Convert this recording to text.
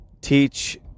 teach